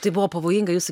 tai buvo pavojinga jūsų